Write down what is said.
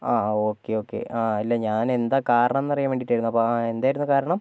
ആ okay okay ആ അല്ല ഞാൻ എന്താ കരണമെന്നറിയാൻ വേണ്ടീട്ടായിരുന്നു ആ എന്തായിരുന്നു കാരണം